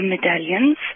medallions